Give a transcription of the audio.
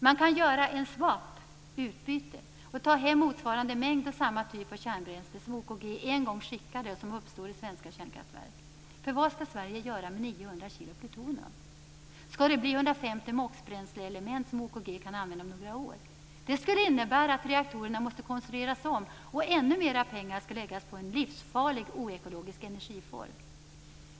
Man kan göra en swap, dvs. ett utbyte, och ta hem motsvarande mängd och samma typ av kärnbränsle som OKG en gång skickade och som uppstår i svenska kärnkraftverk. För vad skall Sverige göra med 900 kg plutonium? Skall det bli 150 MOX-bränsleelement som OKG kan använda om några år? Det skulle innebära att reaktorerna måste konstrueras om, och ännu mer pengar skulle läggas på en livsfarlig oekologisk energiform.